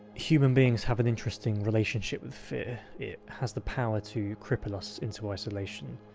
human beings have an interesting relationship with fear. it has the power to cripple us into isolation,